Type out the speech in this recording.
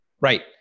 Right